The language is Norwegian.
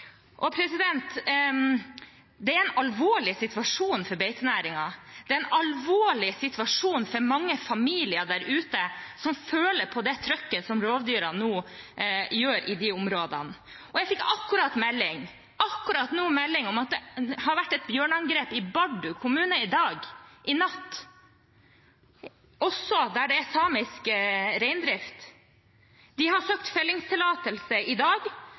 Det er en alvorlig situasjon for beitenæringen. Det er en alvorlig situasjon for mange familier der ute som føler på det trykket som rovdyrene nå utgjør i de områdene. Jeg fikk akkurat nå melding om at det har vært et bjørneangrep i Bardu kommune i natt, der det også er samisk reindrift. De har søkt fellingstillatelse i dag,